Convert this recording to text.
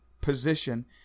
position